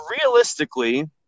Realistically